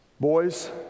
Boys